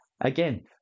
again